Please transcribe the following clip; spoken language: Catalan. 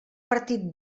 partit